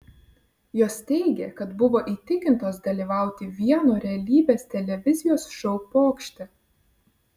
jos teigė kad buvo įtikintos dalyvauti vieno realybės televizijos šou pokšte